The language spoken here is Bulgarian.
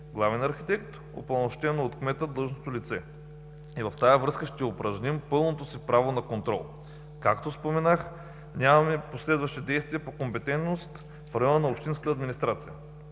главен архитект, упълномощено от кмета длъжностно лице. И в тази връзка ще упражним пълното си право на контрол. Както споменах, нямаме последващи действия по компетентност в района на общинската администрация“.